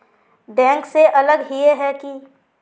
Bank से अलग हिये है की?